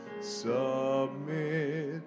submit